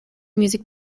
music